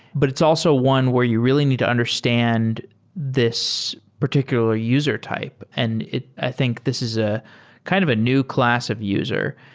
but it's also one where you really need to understand this particular user type. and i think this is a kind of a new class of user.